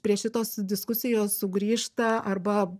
prie šitos diskusijos sugrįžta arba